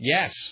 Yes